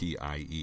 PIE